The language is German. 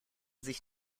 sich